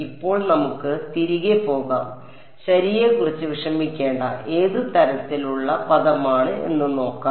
ഇപ്പോൾ നമുക്ക് തിരികെ പോകാം ശരിയെക്കുറിച്ച് വിഷമിക്കേണ്ട ഏത് തരത്തിലുള്ള പദമാണ് എന്ന് നോക്കാം